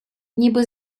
ніби